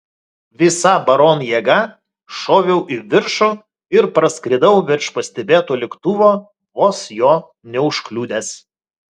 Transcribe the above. visa baron jėga šoviau į viršų ir praskridau virš pastebėto lėktuvo vos jo neužkliudęs